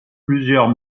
plusieurs